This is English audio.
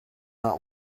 not